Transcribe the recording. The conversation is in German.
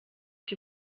die